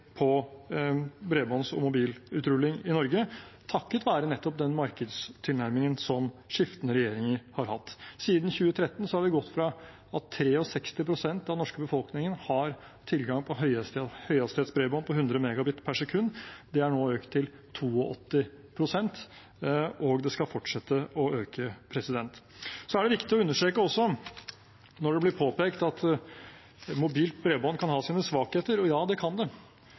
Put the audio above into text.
på bredbånds- og mobilutrulling i Norge, takket være nettopp den markedstilnærmingen som skiftende regjeringer har hatt. Siden 2013 har vi gått fra at 63 pst. av den norske befolkningen hadde tilgang på høyhastighetsbredbånd på 100 Mbit/s, til at det nå er økt til 82 pst. – og det skal fortsette å øke. Så er det også viktig å understreke, når det blir påpekt at mobilt bredbånd kan ha sine svakheter – og ja, det kan